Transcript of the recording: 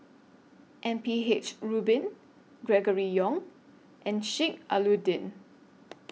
M P H Rubin Gregory Yong and Sheik Alau'ddin